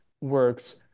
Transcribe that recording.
works